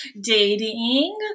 dating